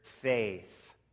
faith